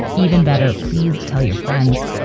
even better, please tell your friends.